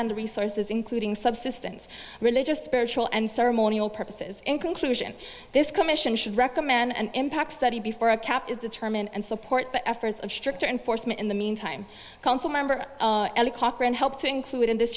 and resources including subsistence religious spiritual and ceremonial purposes in conclusion this commission should recommend an impact study before a cap is the term and support the efforts of stricter enforcement in the meantime council member help to include in this